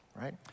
right